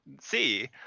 see